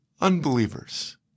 unbelievers